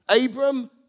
Abram